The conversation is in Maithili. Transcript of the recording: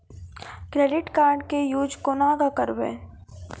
क्रेडिट कार्ड के यूज कोना के करबऽ?